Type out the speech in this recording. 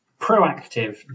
proactive